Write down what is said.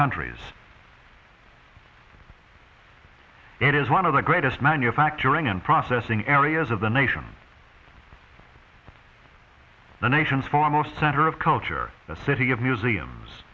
countries it is one of the greatest manufacturing and processing areas of the nation the nation's foremost center of culture a city of museums